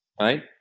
right